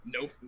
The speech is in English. nope